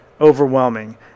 Overwhelming